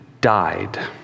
died